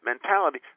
mentality